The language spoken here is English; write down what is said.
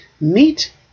Meet